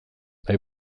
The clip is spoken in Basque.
nahi